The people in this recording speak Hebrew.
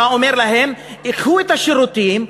אתה אומר להם: קחו את השירותים,